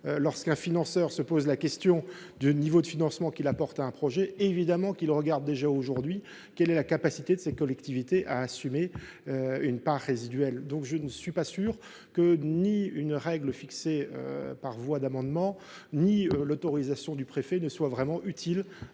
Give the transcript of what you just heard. Lorsqu’un financeur se pose la question du niveau de financement qu’il apporte à un projet, évidemment qu’il regarde déjà aujourd’hui quelle est la capacité de la collectivité à assumer une part résiduelle ! Ni une règle fixée par voie d’amendement ni l’autorisation du préfet ne sont donc utiles.